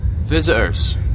Visitors